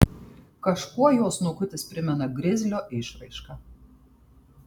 kažkuo jo snukutis primena grizlio išraišką